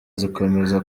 zikomeza